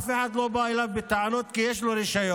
אף אחד לא בא אליו בטענות, כי יש לו רישיון.